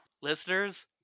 Listeners